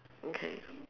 okay